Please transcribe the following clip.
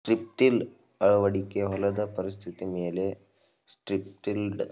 strip till ಅಳವಡಿಕೆ ಹೊಲದ ಪರಿಸ್ಥಿತಿಮೇಲೆ ಸ್ಟ್ರಿಪ್ಟಿಲ್ಡ್